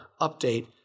update